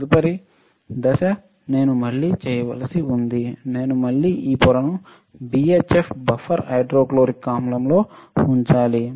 తరువాత దశ నేను మళ్ళీ చేయవలసి ఉంది నేను మళ్ళీ ఈ పొరను BHF బఫర్ హైడ్రోఫ్లోరిక్ ఆమ్లం లో ఉంచాలి